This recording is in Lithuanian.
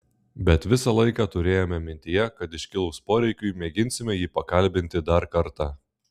bet visą laiką turėjome mintyje kad iškilus poreikiui mėginsime jį pakalbinti dar kartą